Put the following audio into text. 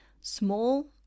small